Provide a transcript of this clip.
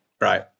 right